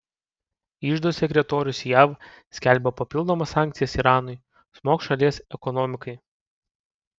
iždo sekretorius jav skelbia papildomas sankcijas iranui smogs šalies ekonomikai